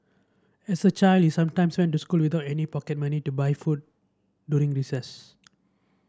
as a child he sometimes went to school without any pocket money to buy food during recess